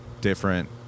different